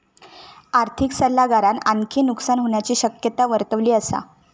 आर्थिक सल्लागारान आणखी नुकसान होण्याची शक्यता वर्तवली असा